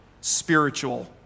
spiritual